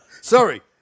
Sorry